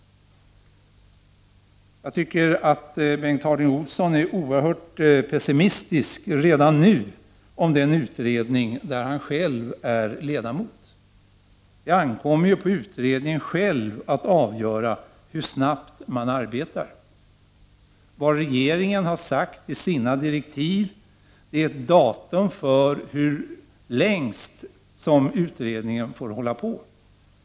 Jag tycker att Bengt Harding Olson redan nu är oerhört pessimistisk om den utredning i vilken han själv är ledamot. Det ankommer ju på utredningen att själv avgöra hur snabbt man skall arbeta. Regeringen har i sina direktiv givit ett datum för hur länge utredningen längst får hålla på att arbeta.